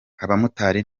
abamotari